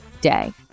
day